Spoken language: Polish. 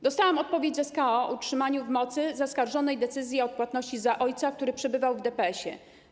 Dostałam odpowiedź z SKO o utrzymaniu w mocy zaskarżonej decyzji o odpłatności za ojca, który przebywał w DPS-ie.